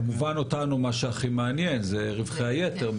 כמובן אותנו מה שהכי מעניין זה רווחי היתר,